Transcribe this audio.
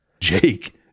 Jake